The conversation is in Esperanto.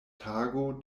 tago